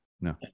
no